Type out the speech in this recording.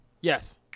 Yes